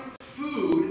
food